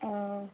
অঁ